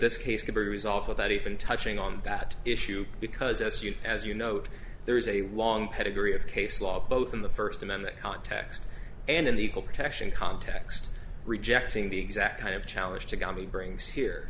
this case could be resolved without even touching on that issue because as you as you note there is a long pedigree of case law both in the first amendment context and in the equal protection context rejecting the exact kind of challenge to god he brings here